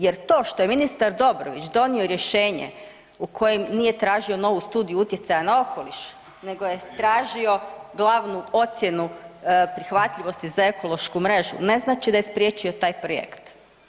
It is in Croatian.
Jer to što je ministar Dobrović donio rješenje u kojem nije tražio novu studiju utjecaja na okoliš nego je tražio glavnu ocjenu prihvatljivosti za ekološku mrežu ne znači da je spriječio taj projekt.